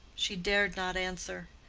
she dared not answer.